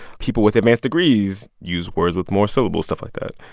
people with advanced degrees use words with more syllables, stuff like that.